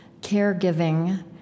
caregiving